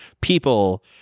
people